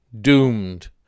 doomed